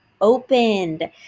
opened